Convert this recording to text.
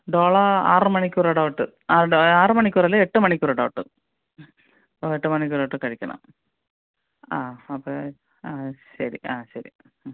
ഡോളോ ആറു മണിക്കൂർ ഇടവിട്ട് ആ ആറു മണിക്കൂറല്ല എട്ട് മണിക്കൂർ ഇടവിട്ട് ഓഹ് എട്ട് മണിക്കൂർ ഇടവിട്ട് കഴിക്കണം ആ അപ്പോഴ് ആ ശരി ആ ശരി ആ